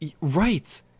right